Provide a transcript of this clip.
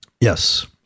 yes